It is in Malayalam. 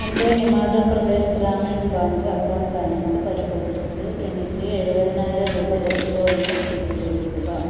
എൻ്റെ Himachal Pradesh Gramin bank account balance പരിശോധിച്ച് എനിക്ക് ഏഴുപതിനായിരം രൂപ ലഭിച്ചോ എന്ന് സ്ഥിരീകരിക്കുക